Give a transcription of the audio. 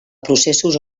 processos